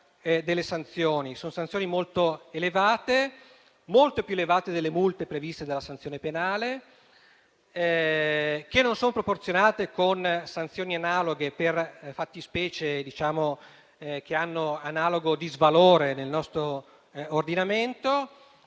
Sono sanzioni molto più elevate delle multe previste dalla sanzione penale e che non sono proporzionate a sanzioni analoghe per fattispecie con analogo disvalore nel nostro ordinamento.